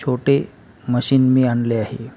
छोटे मशीन मी आणले आहे